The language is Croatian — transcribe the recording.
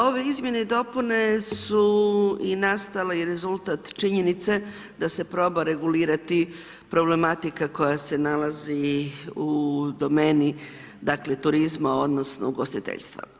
Ove izmjene i dopune su i nastale i rezultat činjenice da se proba regulirati problematika koja se nalazi u domeni turizma, odnosno, ugostiteljstva.